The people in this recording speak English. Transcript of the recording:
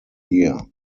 year